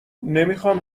نمیخام